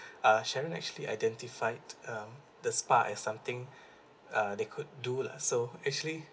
uh sharon actually identified um the spa as something uh they could do lah so actually